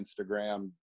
Instagram